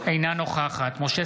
אינה נוכחת משה